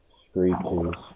screeches